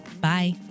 Bye